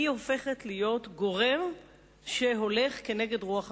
היא הופכת להיות גורם שהולך כנגד רוח התקופה.